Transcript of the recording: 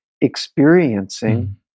experiencing